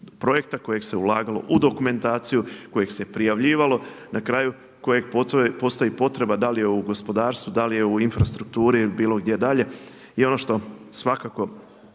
projekta kojeg se ulagalo u dokumentaciju, kojeg se prijavljivalo, na kraju kojeg postoji potreba da li u gospodarstvu, da li u infrastrukturi ili bilo gdje dalje. I ono što svakako